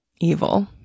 evil